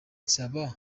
nsaba